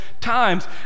times